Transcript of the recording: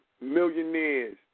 millionaires